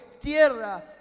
tierra